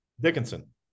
dickinson